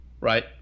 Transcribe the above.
right